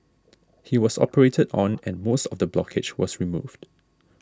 he was operated on and most of the blockage was removed